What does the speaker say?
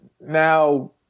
now –